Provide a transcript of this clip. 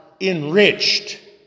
enriched